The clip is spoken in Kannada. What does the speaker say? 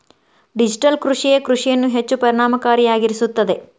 ಡಿಜಿಟಲ್ ಕೃಷಿಯೇ ಕೃಷಿಯನ್ನು ಹೆಚ್ಚು ಪರಿಣಾಮಕಾರಿಯಾಗಿಸುತ್ತದೆ